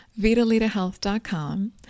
vitalitahealth.com